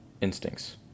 instincts